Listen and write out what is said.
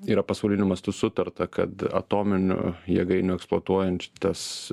yra pasauliniu mastu sutarta kad atominių jėgainių eksploatuojant šitas